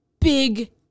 big